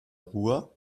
ruhr